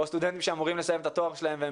או סטודנטים שאמורים לסיים את התואר שלהם והם